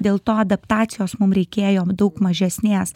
dėl to adaptacijos mum reikėjo daug mažesnės